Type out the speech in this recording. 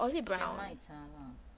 genmaicha lah